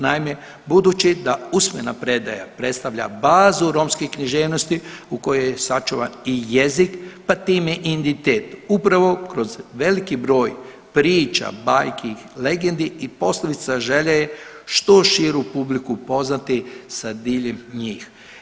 Naime, budući da usmena predaja predstavlja bazu romske književnosti u kojoj je sačuvan i jezik pa time i inditet upravo kroz veliki broj priča, bajki, legendi i poslovica želja je što širu publiku upoznati sa diljem njih.